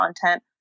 content